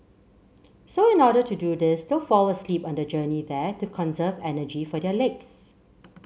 so in order to do this they'll fall asleep on the journey there to conserve energy for their legs